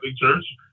church